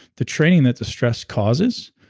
the training that the stress causes,